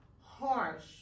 harsh